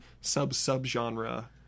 sub-sub-genre